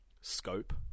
scope